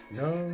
no